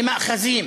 למאחזים